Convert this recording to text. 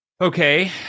Okay